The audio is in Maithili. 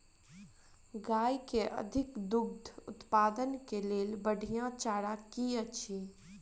गाय केँ अधिक दुग्ध उत्पादन केँ लेल बढ़िया चारा की अछि?